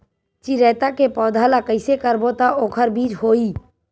चिरैता के पौधा ल कइसे करबो त ओखर बीज होई?